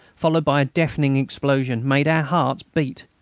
followed by a deafening explosion made our hearts beat,